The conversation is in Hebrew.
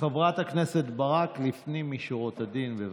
חברת הכנסת ברק, לפנים משורת הדין, בבקשה.